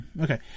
Okay